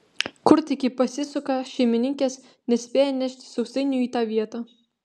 kur tik ji pasisuka šeimininkės nespėja nešti sausainių į tą vietą